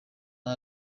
aho